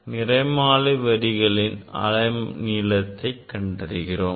நாம் நிறமாலை வரிகளின் அலை நீளத்தை கண்டிறிகிறோம்